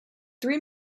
three